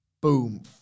Boom